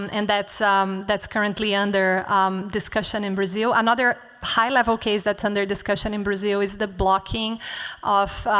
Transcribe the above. um and that's um that's currently under discussion in brazil. another high-level case that's under discussion in brazil is the blocking of,